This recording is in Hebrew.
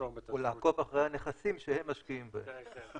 יתרום את --- או לעקוב אחרי הנכסים שהם משקיעים בהם.